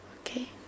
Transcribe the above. Okay